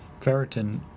Ferritin